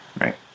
right